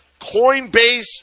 Coinbase